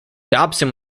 dobson